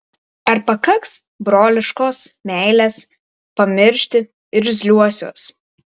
ar pakaks broliškos meilės pamiršti irzliuosius